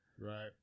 right